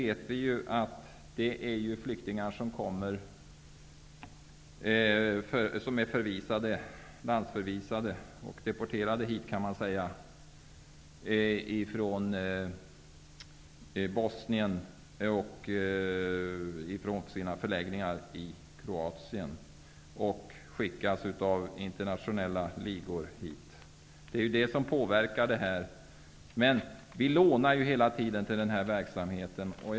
Vi vet att det är flyktingar som är landsförvisade och deporterade hit, kan man säga, från Bosnien och från flyktingförläggningar i Kroatien. De skickas hit av internationella ligor. Det påverkar verksamheten. Vi lånar hela tiden för den här verksamheten.